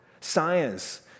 science